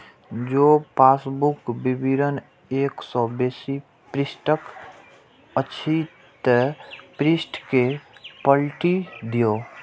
जौं पासबुक विवरण एक सं बेसी पृष्ठक अछि, ते पृष्ठ कें पलटि दियौ